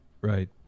Right